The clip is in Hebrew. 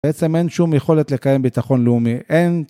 בעצם אין שום יכולת לקיים ביטחון לאומי, אין.